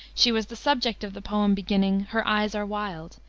she was the subject of the poem beginning her eyes are wild,